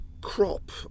crop